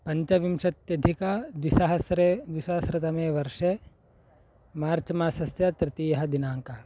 पञ्चविंशत्यधिकद्विसहस्रे द्विसहस्रतमे वर्षे मार्च् मासस्य तृतीयः दिनाङ्कः